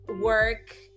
work